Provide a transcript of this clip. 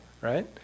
right